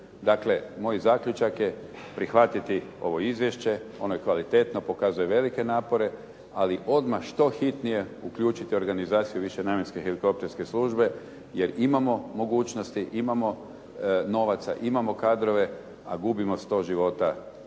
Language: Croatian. Dakle, moj zaključaj je prihvatiti ovo izvješće, ono je kvalitetno pokazuje velike napore, ali odmah što hitnije uključiti organizaciju višenamjenske helikopterske službe, jer imamo mogućnosti, imamo novaca, imamo kadrove, a gubimo 100 života godišnje.